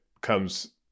comes –